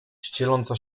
ścieląca